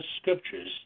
scriptures